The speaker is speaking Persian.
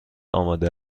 آماده